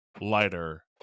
lighter